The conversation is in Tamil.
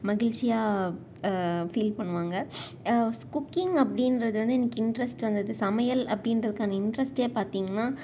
மகிழ்ச்சியாக ஃபீல் பண்ணுவாங்க குக்கிங் அப்படின்றது வந்து எனக்கு இன்ட்ரஸ்ட் வந்தது சமையல் அப்படின்றத்துக்கான இன்ட்ரஸ்ட்டே பார்த்தீங்கன்னா